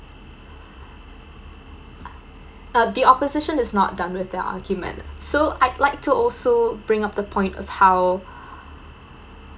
uh the opposition is not done with their argument so I like to also bring up the point of how